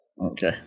Okay